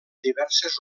diverses